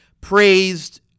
praised